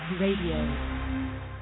Radio